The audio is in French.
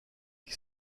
qui